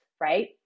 right